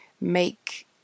make